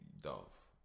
Dolph